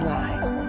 life